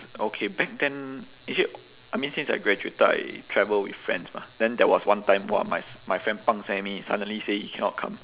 okay back then actually I mean since I graduated I travel with friends mah then there was one time !wah! my s~ my friend pang seh me suddenly say he cannot come